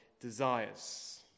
desires